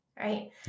Right